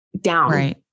down